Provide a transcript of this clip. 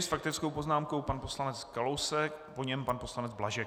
S faktickou poznámkou pan poslanec Kalousek, po něm pan poslanec Blažek.